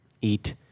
eat